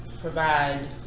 provide